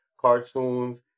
cartoons